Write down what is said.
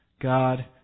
God